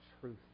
truth